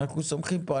אנחנו סומכים פה,